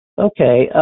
Okay